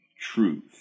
truth